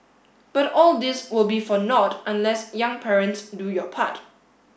but all this will be for nought unless young parents do your part